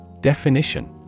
Definition